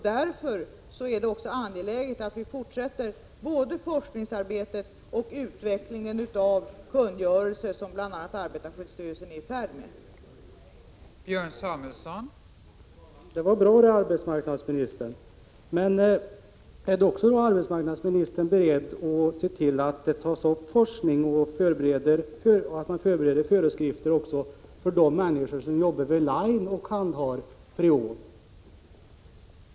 Därför är det också angeläget att fortsätta både forskningsarbetet och utvecklingen av kungörelser, som bl.a. arbetarskyddsstyrelsen nu är i färd med.